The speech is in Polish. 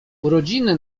urodziny